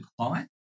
client